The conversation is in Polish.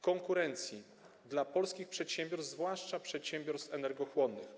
konkurencji dla polskich przedsiębiorstw, zwłaszcza przedsiębiorstw energochłonnych.